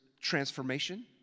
transformation